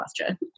question